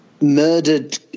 murdered